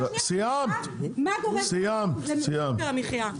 מה גורם ליוקר המחיה.